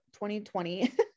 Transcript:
2020